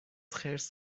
خرس